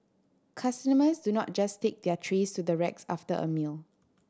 customers do not just take their trays to the racks after a meal